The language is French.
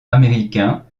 américain